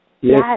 Yes